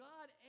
God